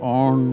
on